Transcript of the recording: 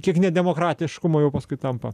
kiek nedemokratiškumo jau paskui tampa